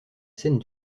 scène